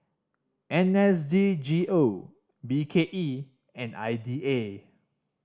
N S D G O B K E and I D A